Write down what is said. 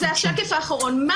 זה השקף האחרון.